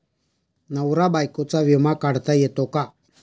नवरा बायकोचा विमा काढता येतो का?